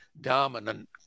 dominant